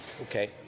okay